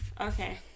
Okay